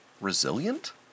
resilient